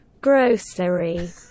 grocery